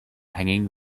hanging